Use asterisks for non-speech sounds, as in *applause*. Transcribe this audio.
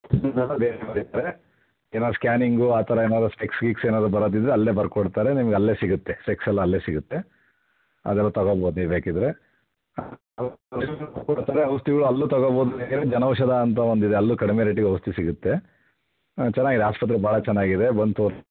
*unintelligible* ಏನೋ ಸ್ಕ್ಯಾನಿಂಗು ಆ ಥರ ಏನಾದರೂ ತೆಗ್ಸಿ ಗಿಗ್ಸಿ ಏನಾದರೂ ಬರೋದಿದ್ದರೆ ಅಲ್ಲೇ ಬರ್ಕೊಡ್ತಾರೆ ನಿಮ್ಗೆ ಅಲ್ಲೇ ಸಿಗುತ್ತೆ ಸ್ಪೆಕ್ಸೆಲ್ಲ ಅಲ್ಲೇ ಸಿಗುತ್ತೆ ಅದೆಲ್ಲ ತಗೋಬೋದು ನೀವು ಬೇಕಿದ್ದರೆ *unintelligible* ಔಷಧಿಗಳು ಅಲ್ಲೂ ತೊಗೋಬೋದು ಬೇಕಿದ್ದರೆ ಜನೌಷಧ ಅಂತ ಒಂದಿದೆ ಅಲ್ಲೂ ಕಡಿಮೆ ರೇಟಿಗೆ ಔಷಧಿ ಸಿಗುತ್ತೆ ಹಾಂ ಚೆನ್ನಾಗಿದೆ ಆಸ್ಪತ್ರೆ ಭಾಳ ಚೆನ್ನಾಗಿದೆ ಬಂದು ತೋರ್ಸಿ